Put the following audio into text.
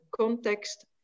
context